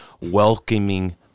welcoming